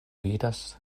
vidas